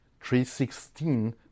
316